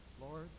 Lord